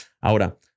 ahora